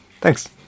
thanks